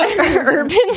urban